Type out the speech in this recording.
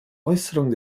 äußerungen